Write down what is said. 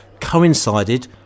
coincided